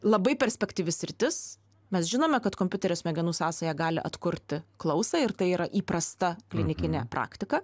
labai perspektyvi sritis mes žinome kad kompiuterio smegenų sąsaja gali atkurti klausą ir tai yra įprasta klinikinė praktika